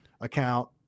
account